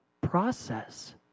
process